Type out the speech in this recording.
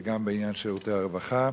וגם בעניין שירותי הרווחה.